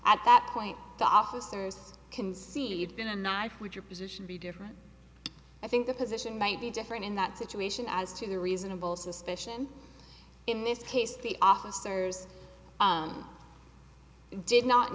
at that point the officers can see you'd been a knife would your position be different i think the position might be different in that situation as to the reasonable suspicion in this case the officers did not